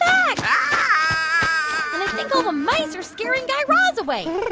i think all the mice are scaring guy raz away.